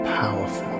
powerful